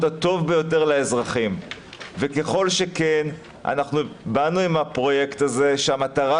הטוב ביותר לאזרחים וככל שכן אנחנו באנו עם הפרויקט הזה שהמטרה